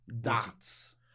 Dots